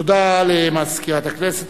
תודה למזכירת הכנסת.